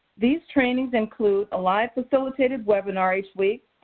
these trainings include a live facilitated webinar each week,